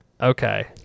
okay